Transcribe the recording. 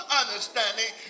understanding